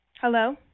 Hello